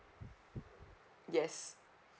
yes